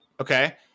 Okay